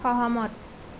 সহমত